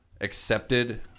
accepted